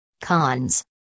cons